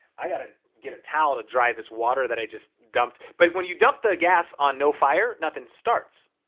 i gotta get a towel to dry this water that i just dumped. but when you dump the gas on no fire, nothing starts.